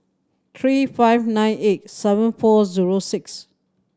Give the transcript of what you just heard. three five nine eight seven four zero six